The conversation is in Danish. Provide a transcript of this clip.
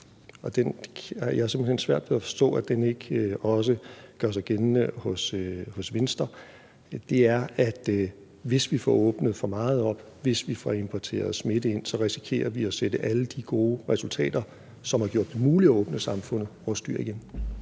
hen svært ved at forstå ikke også gør sig gældende hos Venstre – er, at hvis vi får åbnet for meget op, hvis vi får importeret smitte her til landet, så risikerer vi at sætte alle de gode resultater, som har gjort det muligt at åbne samfundet, over styr igen.